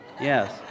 Yes